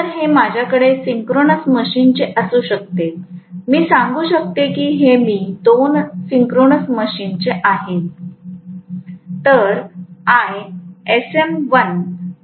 तर हे माझ्याकडे सिंक्रोनस मशीनचे असू शकते मी सांगू शकते की हे मी दोन सिंक्रोनस मशीनचे आहे